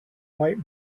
white